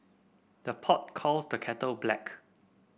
the pot calls the kettle black